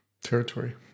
territory